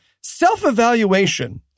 self-evaluation